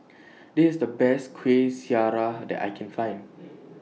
This IS The Best Kueh Syara that I Can Find